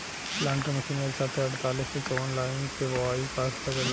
planter machine एक साथे अड़तालीस से चौवन लाइन के बोआई क सकेला